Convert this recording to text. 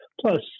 Plus